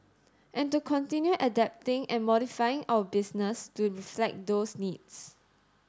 and to continue adapting and modifying our business to reflect those needs